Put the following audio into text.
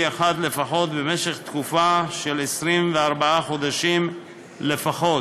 אחד לפחות במשך תקופה של 24 חודשים לפחות,